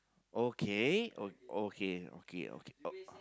okay o~ okay okay okay o~